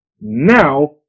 Now